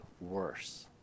worse